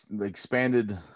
expanded